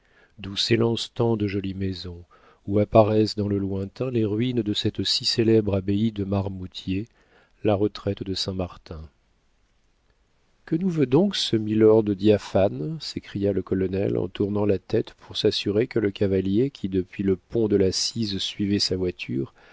d'où s'élancent tant de jolies maisons où apparaissent dans le lointain les ruines de cette si célèbre abbaye de marmoutiers la retraite de saint martin que nous veut donc ce milord diaphane s'écria le colonel en tournant la tête pour s'assurer que le cavalier qui depuis le pont de la cise suivait sa voiture